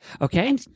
okay